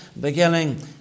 beginning